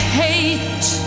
hate